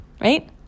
Right